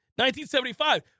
1975